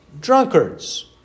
drunkards